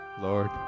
Lord